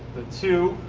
the two,